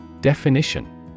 Definition